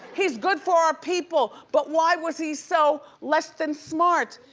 he's good for our people but why was he so less than smart?